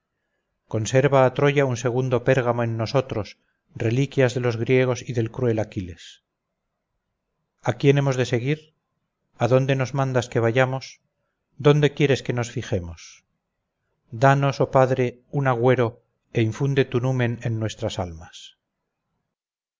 conserva a troya un segundo pérgamo en nosotros reliquias de los griegos y del cruel aquiles a quién hemos de seguir adónde nos mandas que vayamos dónde quieres que nos fijemos danos oh padre un agüero e infunde tu numen en nuestras almas